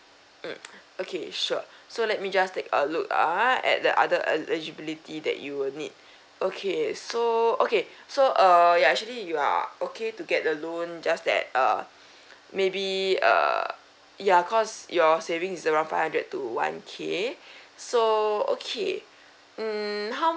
mm okay sure so let me just take a look ah at the other eligibility that you will need okay so okay so err ya actually you are okay to get the loan just that uh maybe err ya cause your savings is around five hundred to one K so okay mm how